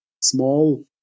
small